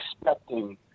expecting